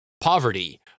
poverty